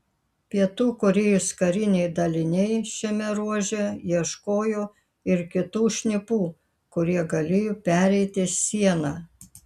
pietų korėjos kariniai daliniai šiame ruože ieškojo ir kitų šnipų kurie galėjo pereiti sieną